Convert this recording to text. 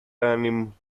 anime